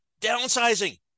downsizing